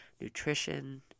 nutrition